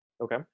Okay